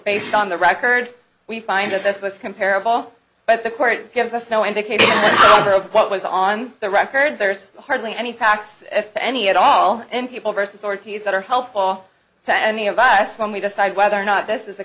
based on the record we find that this was comparable but the court gives us no indication or of what was on the record there's hardly any facts if any at all in people versus ortiz that are helpful to any of us when we decide whether or not this is a